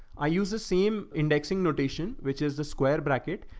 i use the same indexing notation, which is the square bracket.